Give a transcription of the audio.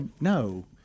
no